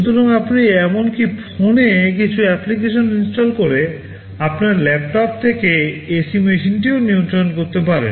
সুতরাং আপনি এমনকি মোবাইল ফোনে কিছু অ্যাপ্লিকেশন ইনস্টল করে আপনার ল্যাপটপ থেকে এসি মেশিনটিও নিয়ন্ত্রণ করতে পারেন